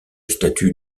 statut